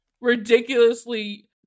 Ridiculously